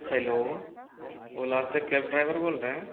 hello Ola से cab driver बोल रहें हैं